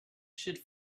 should